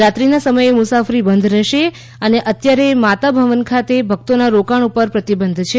રાત્રિના સમયે મુસાફરી બંધ રહેશે અને અત્યારે માતા ભવન ખાતે ભક્તોના રોકાણ પર પ્રતિબંધ છે